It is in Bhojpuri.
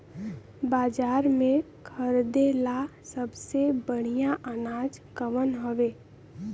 बाजार में खरदे ला सबसे बढ़ियां अनाज कवन हवे?